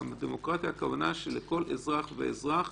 דמוקרטיה הכוונה שלכל אזרח ואזרח